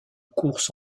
course